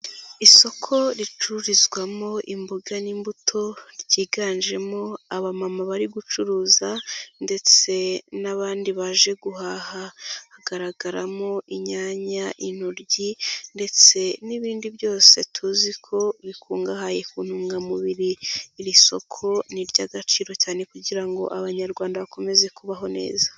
Isoko ricururizwamo imboga n'imbuto ryiganjemo abamama bari gucuruza ndetse n'abandi baje guhaha, hagaragaramo inyanya, intoryi ndetse n'ibindi byose tuzi ko bikungahaye ku ntungamubiri, iri soko n'iry'agaciro cyane kugira ngo Abanyarwanda bakomeze kubaho neza.